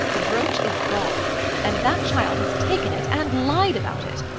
the brooch is gone and that child has taken it and lied about it.